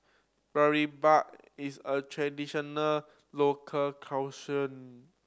boribap is a traditional local